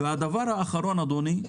הדבר האחרון, אדוני,